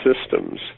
systems